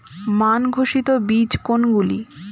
মান ঘোষিত বীজ কোনগুলি?